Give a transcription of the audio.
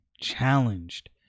challenged